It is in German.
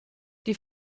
die